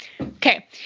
Okay